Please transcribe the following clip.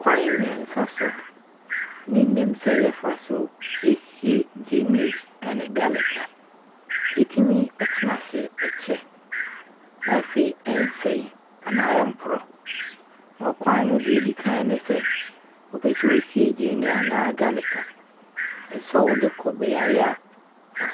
Kwan mmiɛnsa so ne nnim sɛ yɛsie gyeene ne 'garlic' a ɛtena ase kyɛre. Na afei ɛnsɛi anaa ɛmporɔ Na ɔkwan no deɛ ɛdi kan ne sɛ, wo pɛ sɛ wo sie gyeene anaa 'garlic' a, hwɛ sɛ wo de bɛkɔ biaeɛ